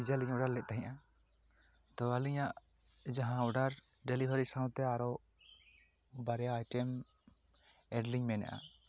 pizza ᱞᱤᱧ order ᱞᱮᱫ ᱛᱟᱦᱮᱸᱜᱼᱟ ᱛᱚ ᱟᱞᱤᱧᱟᱜ ᱡᱟᱦᱟᱸ ᱚᱰᱟᱨ ᱰᱮᱞᱤᱵᱷᱮᱨᱤ ᱥᱟᱶᱛᱮ ᱟᱨᱚ ᱵᱟᱨᱭᱟ ᱟᱭᱴᱮᱢ ᱮᱹᱰᱞᱤᱧ ᱢᱮᱱᱮᱜᱼᱟ